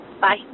Bye